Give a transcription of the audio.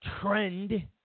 trend